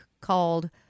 called